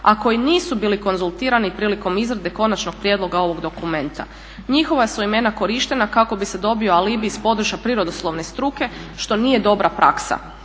a koji nisu bili konzultirani prilikom izrade konačnog prijedloga ovog dokumenta. Njihova su imena korištena kako bi se dobio alibi s područja prirodoslovne struke što nije dobra praksa.